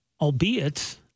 albeit